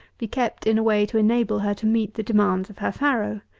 be kept in a way to enable her to meet the demands of her farrow.